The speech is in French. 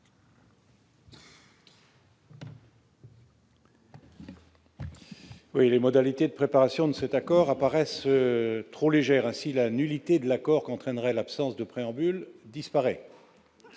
autour des modalités de préparation de cet accord apparaissent trop faibles. Ainsi, la nullité de l'accord qu'entraînerait l'absence de préambule a disparu.